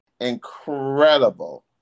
incredible